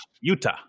Utah